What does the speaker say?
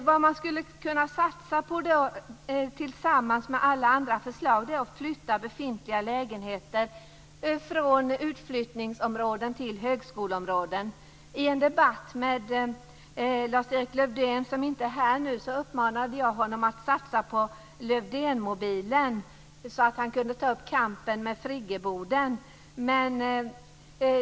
Vad man - vid sidan av alla andra förslag - skulle kunna satsa på är att flytta befintliga lägenheter från utflyttningsområden till högskoleområden. I en debatt med Lars-Erik Lövdén, som inte finns här i kammaren nu, uppmanade jag honom att satsa på Lövdénmobilen så att han kunde ta upp kampen med friggeboden.